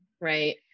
right